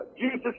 Jesus